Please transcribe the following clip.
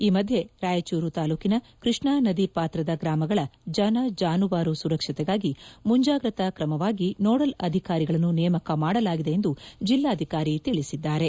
ಈ ಮಧ್ಯೆ ರಾಯಚೂರು ತಾಲೂಕಿನ ಕೃಷ್ಣಾ ನದಿ ಪಾತ್ರದ ಗ್ರಾಮಗಳ ಜನ ಜಾನುವಾರು ಸುರಕ್ಷತೆಗಾಗಿ ಮುಂಜಾಗ್ರತಾ ಕ್ರಮವಾಗಿ ನೋಡಲ್ ಅಧಿಕಾರಿಗಳನ್ನು ನೇಮಕ ಮಾಡಲಾಗಿದೆ ಎಂದು ಜಿಲ್ಲಾಧಿಕಾರಿ ತಿಳಿಸಿದ್ದಾರೆ